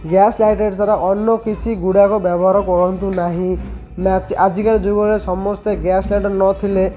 gas lighter ସାରା ଅନ୍ୟ କିଛି ଗୁଡ଼ାକ ବ୍ୟବହାର କରନ୍ତୁ ନାହିଁ ନା ଆଜିକାଲି ଯୁଗରେ ସମସ୍ତେ ଗ୍ୟାସ୍ ଲାଇଟର୍ ନଥିଲେ